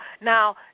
Now